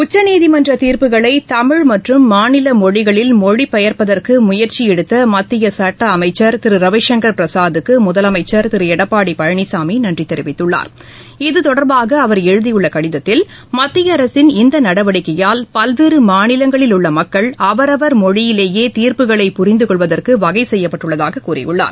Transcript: உச்சநீதிமன்றத்தின் தீர்ப்புகளை தமிழ் மற்றும் மாநில மொழிகளில் மொழிப்பெயர்ப்பதற்கு முயற்சி எடுத்த மத்திய சட்ட அமைச்சர் திரு ரவிசங்கர் பிரசாத்துக்கு முதலமைச்சர் திரு எடப்பாடி பழனிசாமி நன்றி தெரிவித்துள்ளார் இது தொடர்பாக அவர் எழுதியுள்ள கடிதத்தில் மத்திய அரசின் இந்த நடவடிக்கையால் பல்வேறு மாநிலங்களில் உள்ள மக்கள் அவரவர் மொழியிலேயே தீர்ப்புகளை புரிந்து கொள்வதற்கு வகை செய்யப்பட்டுள்ளதாக கூறியுள்ளார்